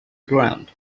ground